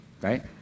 right